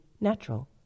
natural